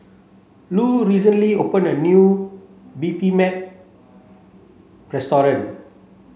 Lu recently opened a new Bibimbap